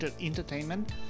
entertainment